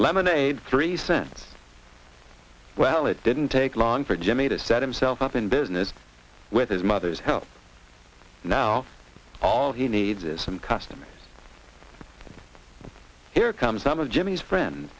lemonade three cents well it didn't take long for jimmy to set himself up in business with his mother's help now all he needs is some custom here comes some of jimmy's friends